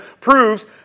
proves